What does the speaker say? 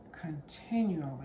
continually